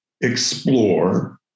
explore